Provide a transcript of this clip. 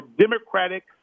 democratic